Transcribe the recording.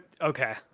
okay